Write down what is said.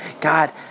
God